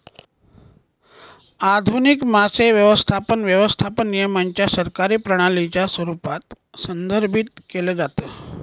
आधुनिक मासे व्यवस्थापन, व्यवस्थापन नियमांच्या सरकारी प्रणालीच्या स्वरूपात संदर्भित केलं जातं